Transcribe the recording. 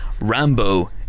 Rambo